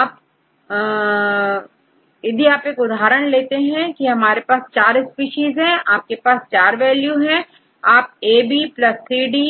आप यदि एक उदाहरण ले यदि हमारे पास चार स्पीशीज है और आपके पास अलग अलग वैल्यू है आपA B C D